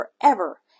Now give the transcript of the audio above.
forever